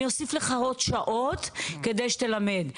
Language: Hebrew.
אני אוסיף לך עוד שעות כדי שתלמד,